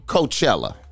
Coachella